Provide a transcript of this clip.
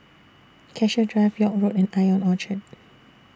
Cassia Drive York Road and Ion Orchard